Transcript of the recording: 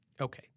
Okay